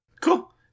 cool